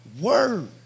word